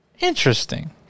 Interesting